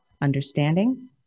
understanding